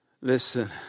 Listen